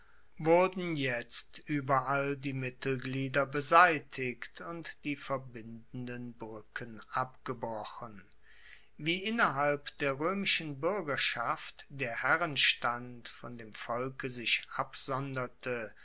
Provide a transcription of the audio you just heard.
wuerden jetzt ueberall die mittelglieder beseitigt und die verbindenden bruecken abgebrochen wie innerhalb der roemischen buergerschaft der herrenstand von dem volke sich absonderte